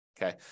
Okay